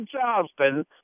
Charleston